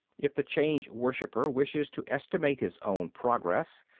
if the change-worshipper wishes to estimate his own progress,